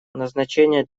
назначения